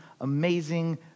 amazing